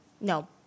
No